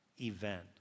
event